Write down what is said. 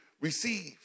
receive